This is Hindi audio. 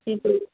ठीक है